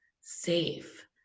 safe